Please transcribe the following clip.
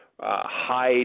High